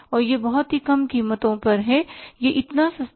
और यह बहुत ही कम कीमतों पर है यह इतना सस्ता है